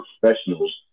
professionals